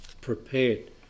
prepared